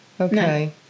Okay